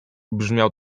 brzmiał